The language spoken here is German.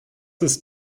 ist